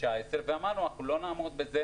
ואמרנו שאנחנו לא נעמוד בזה,